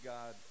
God